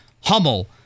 Hummel